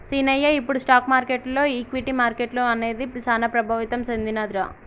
సీనయ్య ఇప్పుడు స్టాక్ మార్కెటులో ఈక్విటీ మార్కెట్లు అనేది సాన ప్రభావితం సెందినదిరా